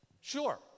Sure